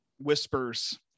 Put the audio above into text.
whispers